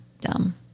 dumb